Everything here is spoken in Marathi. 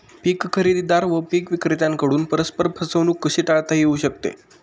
पीक खरेदीदार व पीक विक्रेत्यांकडून परस्पर फसवणूक कशी टाळता येऊ शकते?